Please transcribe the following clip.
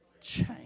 change